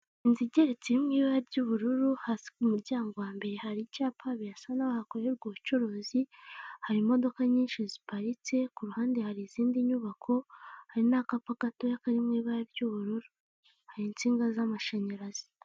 Inzu igeretse iri mu ibara ry'ubururu, hasi ku muryango wa mbere hari icyapa birasa naho hakorerwa ubucuruzi, hari imodoka nyinshi ziparitse, ku ruhande hari izindi nyubako, hari n'akapa gatoya kari mu ibara ry'ubururu, hari insinga z'amashanyarazi.